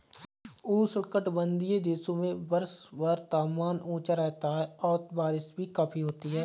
उष्णकटिबंधीय देशों में वर्षभर तापमान ऊंचा रहता है और बारिश भी काफी होती है